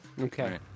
Okay